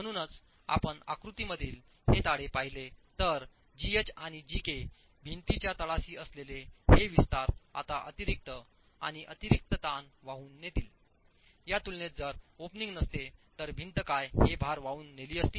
म्हणूनच जर आपण आकृतीमधील हे ताळे पाहिले तर जीएच आणि जेकेच्या भिंतीच्या तळाशी असलेले हे विस्तार आता अतिरिक्त भार आणि अतिरिक्त ताण वाहून नेतील या तुलनेत जर ओपनिंग नसते तर भिंत काय हे भार वाहून नेली असती